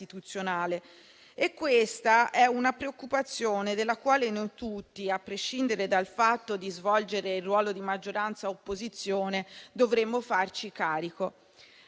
Questa è una preoccupazione della quale noi tutti, a prescindere dal fatto di svolgere il ruolo di maggioranza o opposizione, dovremmo farci carico.